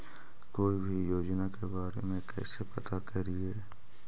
कोई भी योजना के बारे में कैसे पता करिए?